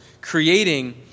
creating